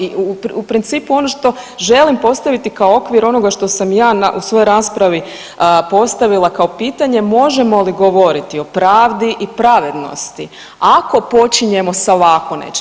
I u principu ono što želim postaviti kao okvir onoga što sam ja u svojoj raspravi postavila kao pitanje je možemo li govoriti o pravdi i pravednosti ako počinjemo sa ovako nečim.